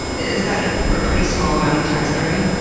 is that a pretty small amount of taxidermy?